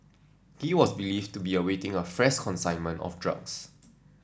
he was believed to be awaiting a fresh consignment of drugs